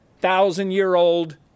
thousand-year-old